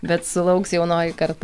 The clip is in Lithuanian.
bet sulauks jaunoji karta